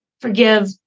Forgive